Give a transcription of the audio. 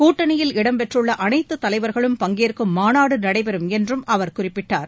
கூட்டணியில் இடம் பெற்றுள்ள அனைத்து தலைவர்களும் பங்கேற்கும் மாநாடு நடைபெறும் என்றும் அவர் குறிப்பிட்டார்